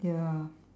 ya